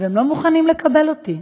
והם לא מוכנים לקבל אותי.